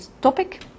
topic